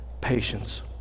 patience